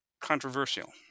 controversial